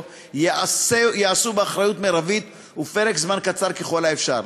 ייעשו באחריות מרבית ובפרק זמן קצר ככל האפשר.